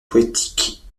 poétique